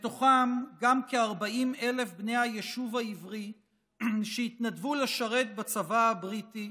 ובתוכם גם כ-40,000 בני היישוב העברי שהתנדבו לשרת בצבא הבריטי,